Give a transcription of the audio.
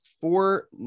four